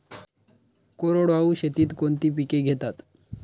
कोरडवाहू शेतीत कोणती पिके घेतात?